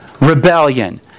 Rebellion